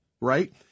right